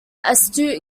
astute